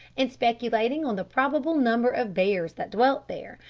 and speculating on the probable number of bears that dwelt there,